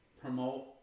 promote